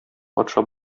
патша